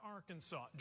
Arkansas